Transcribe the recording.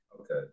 Okay